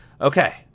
Okay